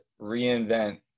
reinvent